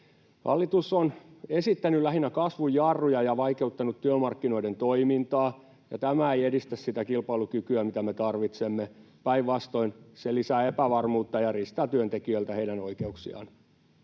Hallitus on esittänyt lähinnä kasvun jarruja ja vaikeuttanut työmarkkinoiden toimintaa, ja tämä ei edistä sitä kilpailukykyä, mitä me tarvitsemme. Päinvastoin se lisää epävarmuutta ja riistää työntekijöiltä heidän oikeuksiaan.